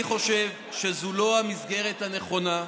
אני חושב שזו לא המסגרת הנכונה,